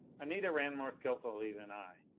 anita ran more skillfully than i.